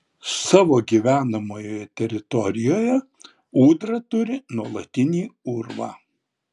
savo gyvenamojoje teritorijoje ūdra turi nuolatinį urvą